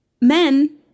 men